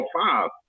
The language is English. five